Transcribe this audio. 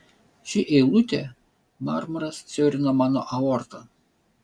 ši eilutė marmuras siaurina mano aortą